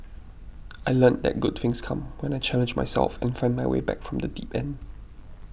I learnt that good things come when I challenge myself and find my way back from the deep end